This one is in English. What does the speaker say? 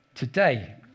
Today